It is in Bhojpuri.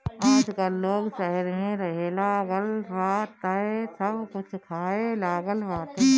आजकल लोग शहर में रहेलागल बा तअ सब कुछ खाए लागल बाटे